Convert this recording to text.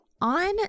on